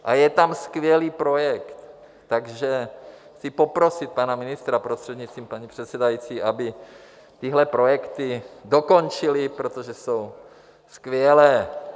A je tam skvělý projekt, takže chci poprosit pana ministra, prostřednictvím paní předsedající, aby tyhle projekty dokončili, protože jsou skvělé.